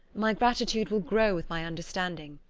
my gratitude will grow with my understanding.